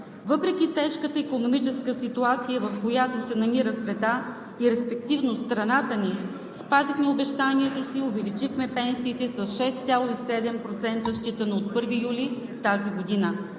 Въпреки тежката икономическа ситуация, в която се намира светът и респективно страната ни, спазихме обещанието си и увеличихме пенсиите с 6,7%, считано от 1 юли 2020 г.